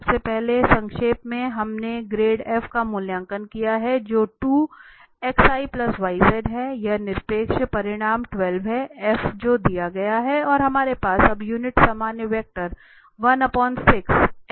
सबसे पहले संक्षेप में हमने ग्रेड f का मूल्यांकन किया है जो हैं यह निरपेक्ष परिमाण 12 है जो दिया गया है और हमारे पास अब यूनिट सामान्य वेक्टर भी है